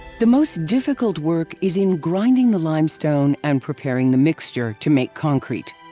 the most difficult work is in grinding the limestone and preparing the mixture to make concrete.